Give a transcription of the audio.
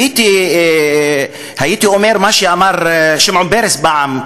הייתי אומר מה שאמר שמעון פרס פעם,